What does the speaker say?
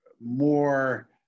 more